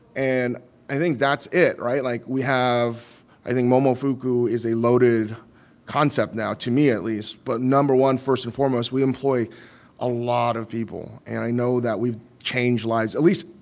and i think that's it, right? like, we have i think momofuku is a loaded concept now to me, at least but no. one, first and foremost, we employ a lot of people. and i know that we've changed lives at least,